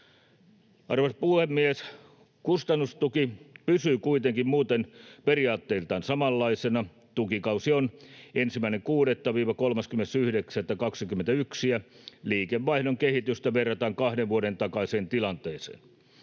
Arvoisa puhemies! Kustannustuki pysyy kuitenkin muuten periaatteiltaan samanlaisena: tukikausi on 1.6.—30.9.21, ja liikevaihdon kehitystä verrataan kahden vuoden takaiseen tilanteeseen.